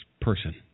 person